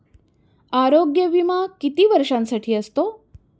आरोग्य विमा किती वर्षांसाठी असतो?